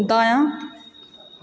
दायाँ